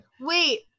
Wait